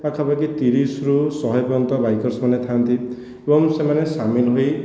ପାଖାପାଖି ତିରିଶରୁ ଶହେ ପର୍ଯ୍ୟନ୍ତ ବାଇକର୍ସ ମାନେ ଥାନ୍ତି ଏବଂ ସେମାନେ ସାମିଲ ହୋଇ